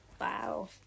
Wow